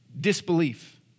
disbelief